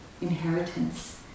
inheritance